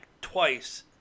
twice